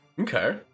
Okay